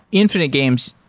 infinite games,